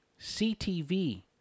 CTV